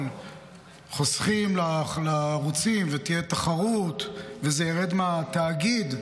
חוסכים לערוצים ותהיה תחרות וזה ירד מהתאגיד,